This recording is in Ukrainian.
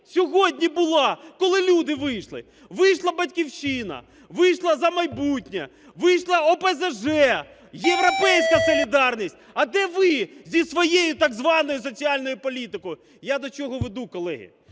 сьогодні була, коли люди вийшли? Вийшла "Батьківщина", вийшла "За майбутнє", вийшла ОПЗЖ, "Європейська солідарність", а де ви зі своєю так званою соціальною політикою? Я до чого веду, колеги.